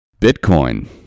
Bitcoin